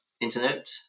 internet